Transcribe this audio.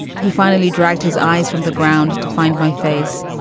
he finally dragged his eyes from the ground to find my face.